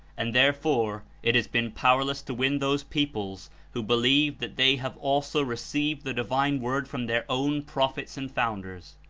and therefore it has been powerless to win those peoples who believe that they have also received the divine word from their own prophets and founders.